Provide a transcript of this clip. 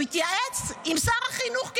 הוא התייעץ עם שר החינוך קיש.